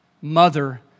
mother